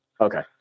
okay